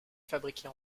fabriquée